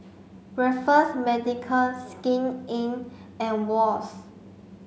Raffles Medical Skin Inc and Wall's